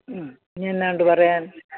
മ് ഇനി എന്നാ ഉണ്ട് പറയാൻ